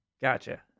Gotcha